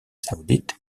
saoudite